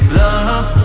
love